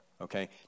okay